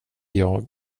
jag